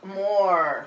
more